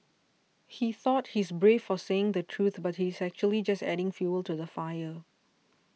he thought he's brave for saying the truth but he's actually just adding fuel to the fire